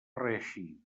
reeixir